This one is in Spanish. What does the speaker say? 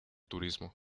turismo